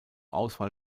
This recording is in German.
auswahl